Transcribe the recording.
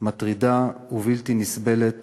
מטרידה ובלתי נסבלת